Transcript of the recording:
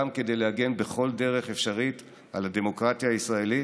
גם כדי להגן בכל דרך אפשרית על הדמוקרטיה הישראלית.